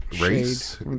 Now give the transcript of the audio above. race